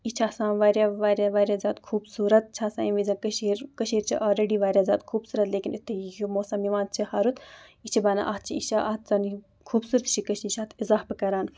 یہِ چھِ آسان واریاہ واریاہ واریاہ زیادٕ خوٗبصوٗرت چھِ آسان ییٚمہِ وِز زَن کٔشیٖر کٔشیٖرِ چھِ آلرٔڈی واریاہ زیادٕ خوٗبصوٗرت لیکِن یُتھُے یہِ موسم یِوان چھِ ہَرُد یہِ چھِ بَنان اَتھ چھِ یہِ چھِ اَتھ زَن یہِ خوٗبصوٗرتی چھِ کٔشیٖرِ یہِ چھِ اَتھ اِضافہٕ کَران